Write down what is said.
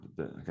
okay